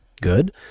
good